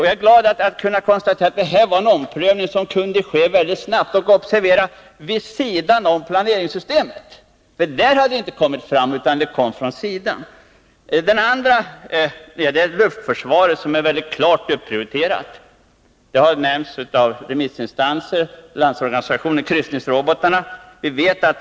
Jag är som sagt glad att kunna konstatera att den här omprövningen kunde ske så snabbt och — observera! — vid sidan av planeringssystemet. En andra faktor som kommit in i bilden är luftförsvaret, som nu är mycket klart prioriterat. Såsom också har nämnts av remissinstanserna, bl.a. Landsorganisationen har kryssningsrobotar ställt nya krav.